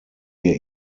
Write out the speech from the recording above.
wir